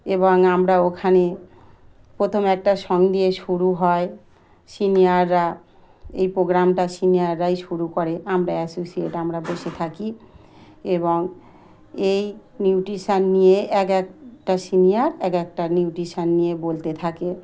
এবং আমরা ওখানে প্রথম একটা সং দিয়ে শুরু হয় সিনিয়ররা এই প্রোগ্রামটা সিনিয়ররাই শুরু করে আমরা অ্যাসোসিয়েট আমরা বসে থাকি এবং এই নিউট্রিশন নিয়ে এক একটা সিনিয়র এক একটা নিউট্রিশান নিয়ে বলতে থাকে